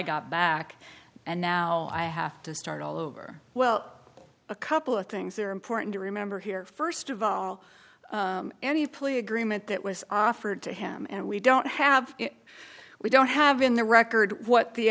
got back and now i have to start all over well a couple of things that are important to remember here st of all any plea agreement that was offered to him and we don't have we don't have in the record what the